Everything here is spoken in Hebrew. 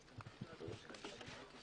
נציבות המים והאוצר, אתם מפריעים.